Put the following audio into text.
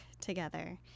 together